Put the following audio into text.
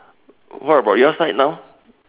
what about your side now